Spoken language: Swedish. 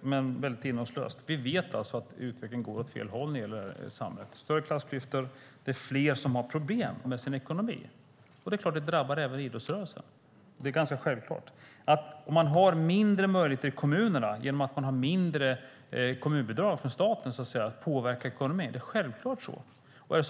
men väldigt innehållslöst. Vi vet alltså att utvecklingen går åt fel håll i samhället. Det är större klassklyftor, och det är fler som har problem med sin ekonomi. Det är ganska självklart att det även drabbar idrottsrörelsen. Det är självklart att om kommunerna får mindre kommunbidrag från staten har de mindre möjligheter att påverka ekonomin.